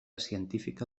científica